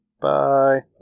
Bye